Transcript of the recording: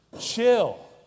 Chill